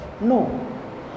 No